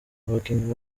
abakinnyi